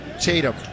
Tatum